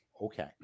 okay